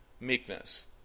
Meekness